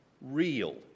real